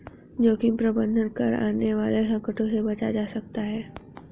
जोखिम प्रबंधन कर आने वाले संकटों से बचा जा सकता है